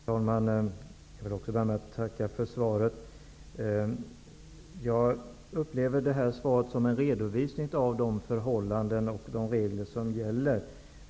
Herr talman! Jag vill också börja med att tacka för svaret. Jag upplever svaret som en redovisning av de förhållanden och regler som gäller.